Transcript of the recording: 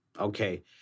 Okay